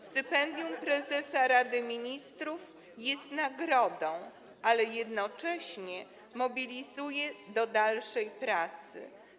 Stypendium prezesa Rady Ministrów jest nagrodą, ale jednocześnie mobilizuje do dalszej pracy.